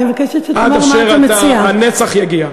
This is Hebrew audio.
עד אשר הנצח יגיע.